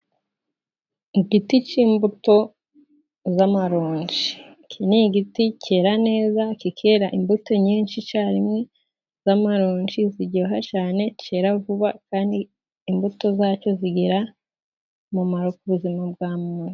Igiti cy'imbuto z'amarongi. Iki ni igiti cyera neza kikerana imbuto nyinshi icyarimwe ,za marongi ziryoha cyane ,cyera vuba kandi imbuto zacyo zigira umumaro ku buzima bwa muntu.